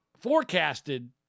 forecasted